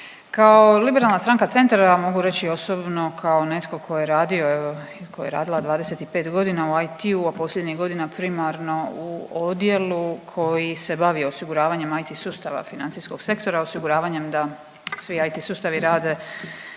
Kao liberalna stranka CENTAR ja vam mogu reći i osobno kao netko tko je radio, koja je radila 25 godina u IT-u a posljednjih godina primarno u odjelu koji se bavi osiguravanjem IT sustava financijskog sektora osiguravanjem da svi IT sustavi rade